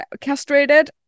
Castrated